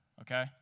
okay